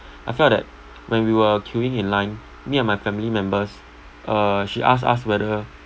I felt that when we were queuing in line me and my family members uh she asked us whether